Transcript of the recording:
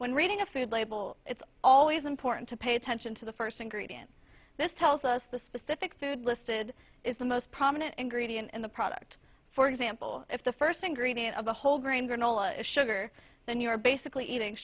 when reading a food label it's always important to pay attention to the first ingredient this tells us the specific food listed is the most prominent and greedy and the product for example if the first ingredient of a whole grain granola sugar then you are basically eating